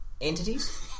entities